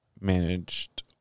managed